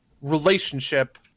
relationship